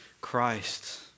Christ